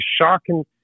shocking